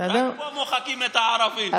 רק פה מוחקים את הערבית, שם מעלים אותה.